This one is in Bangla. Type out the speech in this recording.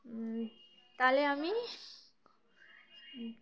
হম তাহলে আমি